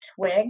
twig